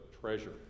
treasure